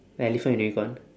elephant and unicorn